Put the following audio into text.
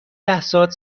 لحظات